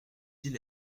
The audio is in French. ils